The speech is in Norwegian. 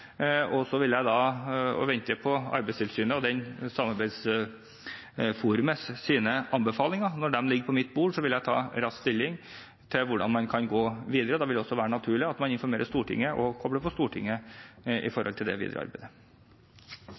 og så vil jeg vente på Arbeidstilsynet og samarbeidsforumets anbefalinger. Når de ligger på mitt bord, vil jeg raskt ta stilling til hvordan man kan gå videre. Det vil også være naturlig at man informerer Stortinget og kobler Stortinget på i det videre arbeidet.